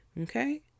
Okay